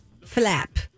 Flap